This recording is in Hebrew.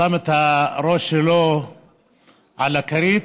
שם את הראש שלו על הכרית